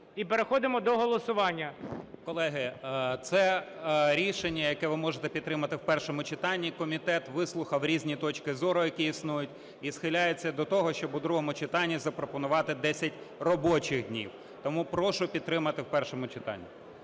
І переходимо до голосування. 11:21:42 ТКАЧЕНКО О.В. Колеги, це рішення, яке ви можете підтримати в першому читанні. Комітет вислухав різні точки зору, які існують. І схиляється до того, щоб у другому читанні запропонувати 10 робочих днів. Тому прошу підтримати в першому читанні.